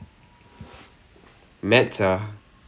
or the written paper ya